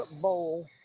bowl